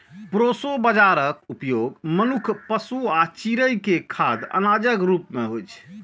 proso बाजाराक उपयोग मनुक्ख, पशु आ चिड़ै के खाद्य अनाजक रूप मे होइ छै